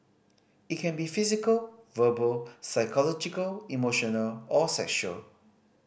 it can be physical verbal psychological emotional or sexual